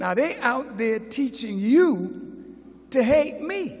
now they're out there teaching you to hate me